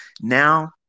now